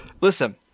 Listen